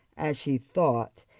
as she thought,